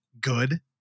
good